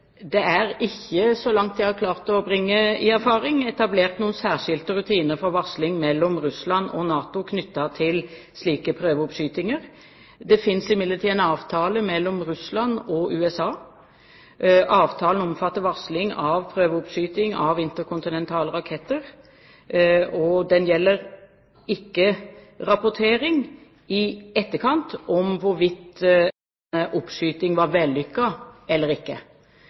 Det er ikke, så langt jeg har klart å bringe i erfaring, etablert noen særskilte rutiner for varsling mellom Russland og NATO knyttet til slike prøveoppskytinger. Det finnes imidlertid en avtale mellom Russland og USA. Avtalen omfatter varsling av prøveoppskyting av interkontinentale raketter, og den gjelder ikke rapportering i etterkant om hvorvidt en oppskyting var vellykket eller ikke. I denne saken ønsker jeg å understreke at vi ikke